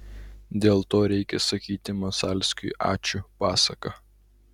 dėl to reikia sakyti masalskiui ačiū pasaka